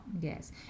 yes